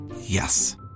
Yes